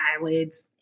eyelids –